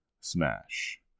smash